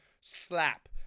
slap